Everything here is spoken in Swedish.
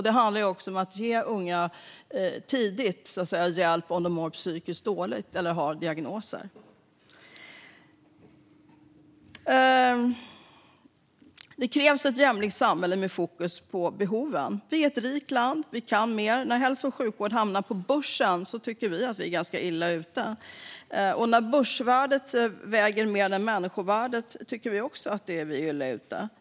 Det handlar också om att tidigt ge unga hjälp om de mår psykiskt dåligt eller har diagnoser. Det krävs ett jämlikt samhälle med fokus på behoven. Vi är ett rikt land, och vi kan mer. När hälso och sjukvård hamnar på börsen tycker vi att Sverige är ganska illa ute. När börsvärdet väger mer än människovärdet tycker vi också att Sverige är illa ute.